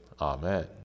Amen